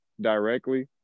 directly